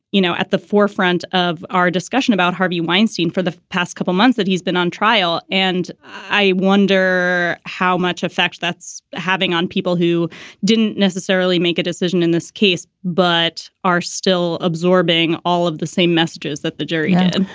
you know, at the forefront of our discussion about harvey weinstein for the past couple months that he's been on trial. and i wonder how much effect that's having on people who didn't necessarily make a decision in this case, but are still absorbing all of the same messages that the jury yeah.